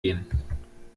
gehen